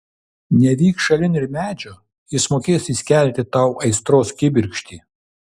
nevyk šalin ir medžio jis mokės įskelti tau aistros kibirkštį